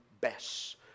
best